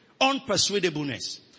Unpersuadableness